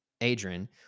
Adrian